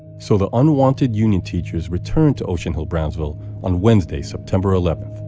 so the unwanted union teachers returned to ocean hill-brownsville on wednesday, september eleven.